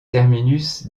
terminus